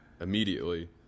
immediately